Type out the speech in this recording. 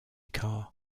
car